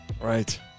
Right